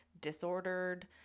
disordered